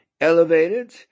elevated